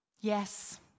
Yes